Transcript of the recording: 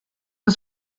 the